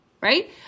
right